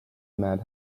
mad